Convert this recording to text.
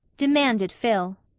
demanded phil.